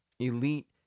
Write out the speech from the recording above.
elite